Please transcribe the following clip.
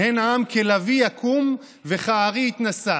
"הן עם כלביא יקום וכארי יתנשא".